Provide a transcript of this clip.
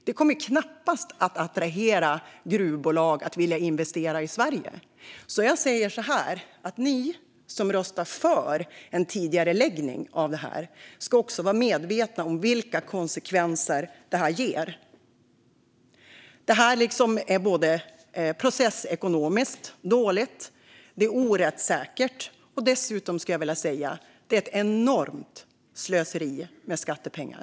Det kommer knappast att attrahera gruvbolag att investera i Sverige. Jag säger så här: Ni som röstar för en tidigareläggning av det här ska vara medvetna om vilka konsekvenser det får. Det är både processekonomiskt dåligt och rättsosäkert. Dessutom skulle jag vilja säga att det är ett enormt slöseri med skattepengar.